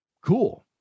Cool